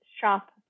shop